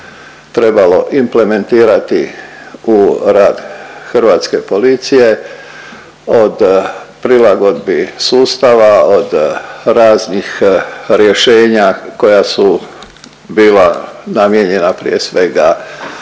trebalo implementirati u rad hrvatske policije od prilagodbi sustava, od raznih rješenja koja su bila namijenjena prije svega